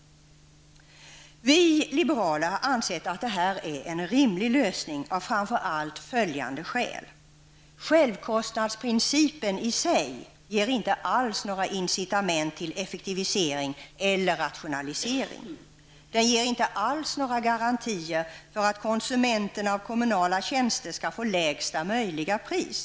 Vi liberaler har ansett att detta är en rimlig lösning av framför allt följande skäl. Självkostnadsprincipen i sig ger inte alls några incitament till effektivisering eller rationalisering. Den ger inte alls några garantier för att konsumenterna av kommunala tjänster skall få lägsta möjliga pris.